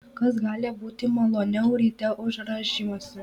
kas gali būti maloniau ryte už rąžymąsi